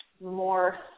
more